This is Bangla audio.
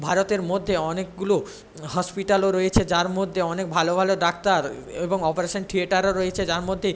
ভারতের মধ্যে অনেকগুলো হসপিটালও রয়েছে যার মধ্যে অনেক ভালো ভালো ডাক্তার এবং অপরেশন থিয়েটারও রয়েছে যার মধ্যে